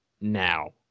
now